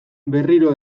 berriro